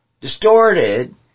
distorted